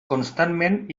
constantment